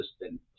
assistant